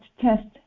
test